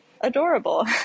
adorable